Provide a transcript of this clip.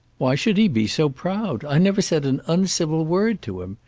why should he be so proud? i never said an uncivil word to him.